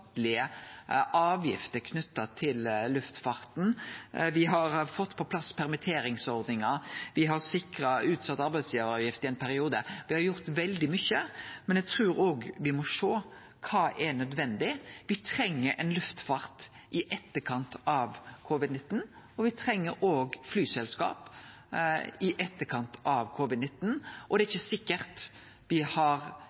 avgifter knytte til luftfarten, me har fått på plass permitteringsordningar, og me har sikra utsett arbeidsgivaravgift i ein periode – me har gjort veldig mykje, men eg trur òg me må sjå på kva som er nødvendig. Me treng ein luftfart i etterkant av covid-19, me treng òg flyselskap i etterkant av covid-19, og det